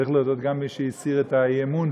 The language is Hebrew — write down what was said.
צריך להודות גם למי שהסיר את האי-אמון?